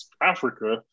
Africa